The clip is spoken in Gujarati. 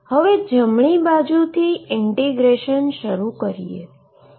હવે જમણી બાજુથી ઈન્ટીગ્રેશન શરૂ કરીએ